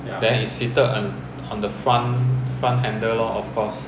then it's seated on the front front handle lor of course